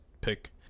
pick